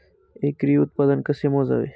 एकरी उत्पादन कसे मोजावे?